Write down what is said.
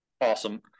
awesome